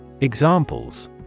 Examples